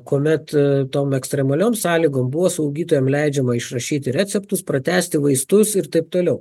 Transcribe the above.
kuomet tom ekstremaliom sąlygom buvo slaugytojam leidžiama išrašyti receptus pratęsti vaistus ir taip toliau